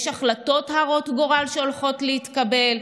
יש החלטות הרות גורל שהולכות להתקבל,